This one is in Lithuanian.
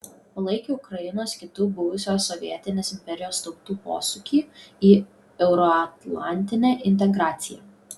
palaikė ukrainos kitų buvusios sovietinės imperijos tautų posūkį į euroatlantinę integraciją